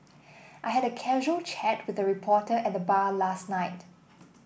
I had a casual chat with a reporter at the bar last night